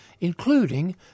including